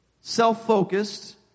self-focused